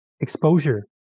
exposure